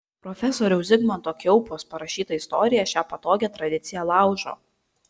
profesoriaus zigmanto kiaupos parašyta istorija šią patogią tradiciją laužo